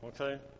okay